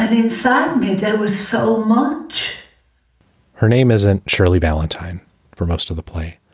inside me. there was so much her name isn't shirley valentine for most of the play,